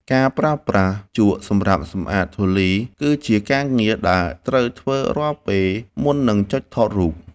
ការប្រើប្រាស់ជក់សម្រាប់សម្អាតធូលីគឺជាការងារដែលត្រូវធ្វើរាល់ពេលមុននឹងចុចថតរូប។